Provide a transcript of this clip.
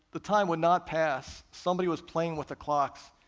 the time would not pass. somebody was playing with the clocks,